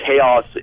chaos